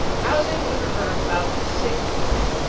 housing has returned about six percent.